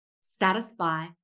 satisfy